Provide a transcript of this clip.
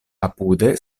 apude